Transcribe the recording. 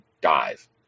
dive